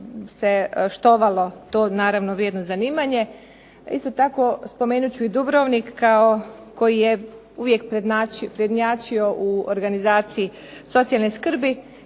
se štovalo to naravno vrijedno zanimanje. A isto tako spomenut ću i Dubrovnik koji je uvijek prednjačio u organizaciji socijalne skrbi.